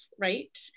Right